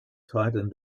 tightened